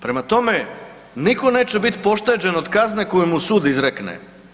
Prema tome, niko neće bit pošteđen od kazne koju mu sud izrekne.